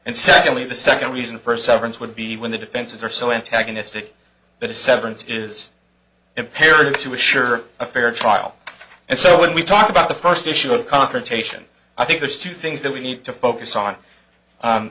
and secondly the second reason for severance would be when the defenses are so antagonistic that a severance is imperative to assure a fair trial and so when we talk about the first issue of confrontation i think there's two things that we need to focus on